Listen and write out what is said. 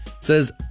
Says